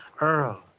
Earl